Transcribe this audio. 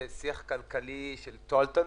זה שיח כלכלי של תועלתנות,